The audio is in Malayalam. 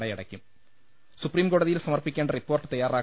നടയടയ്ക്കും സുപ്രീംകോടതിയിൽ സമർപ്പിക്കേണ്ട റിപ്പോർട്ട് തയ്യാറാ